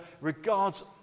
regards